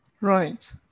Right